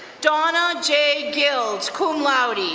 donna jay guilds, cum laude,